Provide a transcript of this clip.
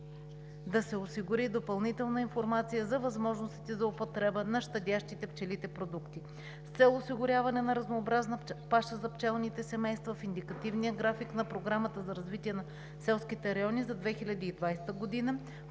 да се осигури допълнителна информация за възможностите за употреба на щадящите пчелите продукти. С цел осигуряване на разнообразна паша за пчелните семейства в Индикативния график на Програмата за развитие на селските райони за 2020 г.